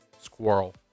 Squirrel